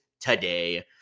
today